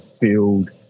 build